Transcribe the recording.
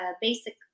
basic